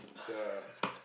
ya